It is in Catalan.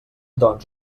doncs